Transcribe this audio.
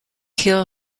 hill